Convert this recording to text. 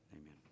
Amen